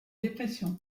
dépression